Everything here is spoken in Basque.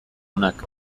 onak